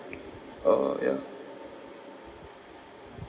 uh yeah